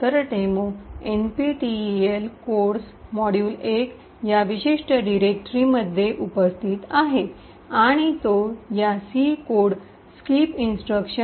तर demo NPTEL codes मॉड्यूल१ या विशिष्ट डिरेक्टरीमध्ये मध्ये उपस्थित आहे आणि तो या सी कोड स्किपइंस्ट्रक्शन